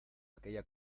aquella